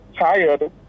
tired